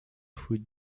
foot